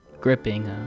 gripping